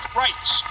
rights